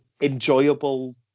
enjoyable